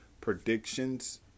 predictions